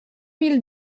mille